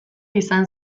izan